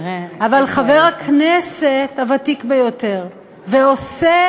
חבר הכנסת הוותיק ביותר ועושה